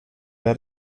der